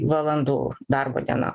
valandų darbo diena